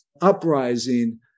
uprising